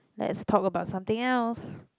let's talk about something else